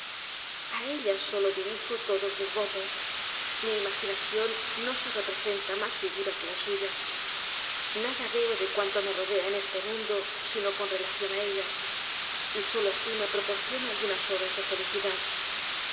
pasión a ella solo dirijo todos mis votos mi imaginación no se representa mas figura que la suya nada veo de cuanto me rodea en este mundo sino con relación á ella y solo asi me proporciono algunas horas de felicidad